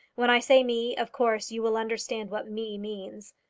when i say me, of course you will understand what me means.